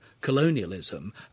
colonialism